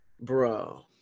bro